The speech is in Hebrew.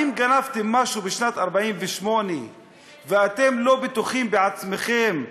האם גנבתם משהו בשנת 1948 ואתם לא בטוחים בעצמכם,